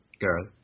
girl